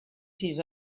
sis